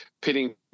pitting